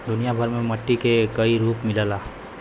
दुनिया भर में मट्टी के कई रूप मिलला